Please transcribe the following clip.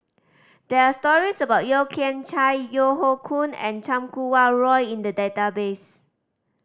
there are stories about Yeo Kian Chai Yeo Hoe Koon and Chan Kum Wah Roy in the database